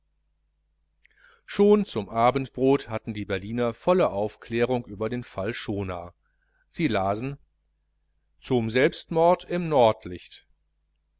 schon zum abendbrot hatten die berliner volle aufklärung über den fall schonaar sie lasen zum selbstmord im